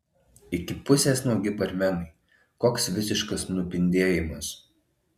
iki pusės nuogi barmenai koks visiškas nupindėjimas